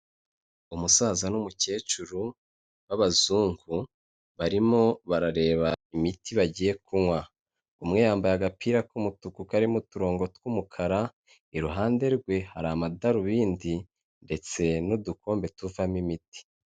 Umusaza n'umukecuru b'abazungu barimo barareba imiti bagiye kunywa, umwe yambaye agapira k'umutuku karimo uturongo tw'umukara, iruhande rwe hari amadarubindi ndetse n'udukombe tuvamo imiti.